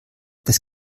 das